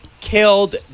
killed